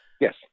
Yes